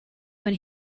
when